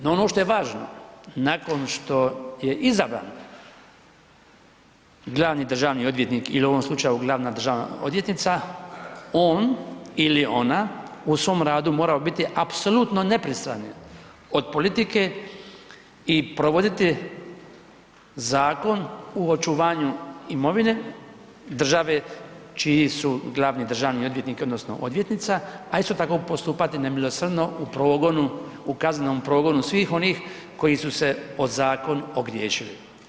No, ono što je važno nakon što je izabran glavni državni odvjetnik ili u ovom slučaju glavna državna odvjetnica, on ili ona u svom radu moraju biti apsolutno nepristrani od politike i provoditi zakon u očuvanju imovine države čiji su glavni državni odvjetnik, odnosno odvjetnica, a isto tako postupati nemilosrdno u progonu, u kaznenom progonu svih onih koji su se o zakon ogriješili.